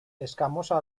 escamosa